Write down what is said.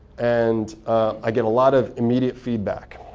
and i get a lot of immediate feedback.